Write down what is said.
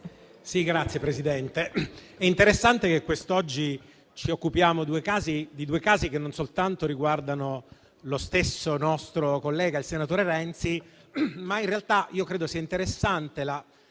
Signor Presidente, non solo è interessante che quest'oggi ci occupiamo di due casi che riguardano lo stesso nostro collega, il senatore Renzi; ma in realtà credo sia interessante la